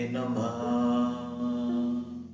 Namah